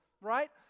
right